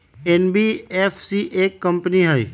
NBFC एक company हई?